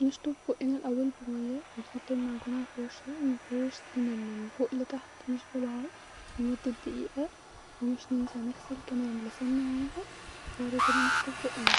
نشطف بقنا الاول بالميه-ونحط المعجون علي الفرشه-ونفرش سننا من فوق لتحت-مش بالعرض-لمده دقيقه-ومش ننسي نغسل كمان لسانا معاهم-بعد كده نشطف بقنا